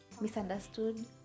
misunderstood